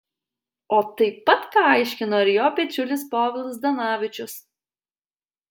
o taip pat ką aiškino ir jo bičiulis povilas zdanavičius